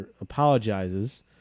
apologizes